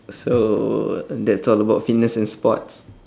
so that's all about fitness and sports